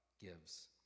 gives